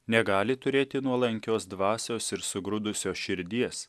negali turėti nuolankios dvasios ir sugrūdusios širdies